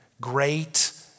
great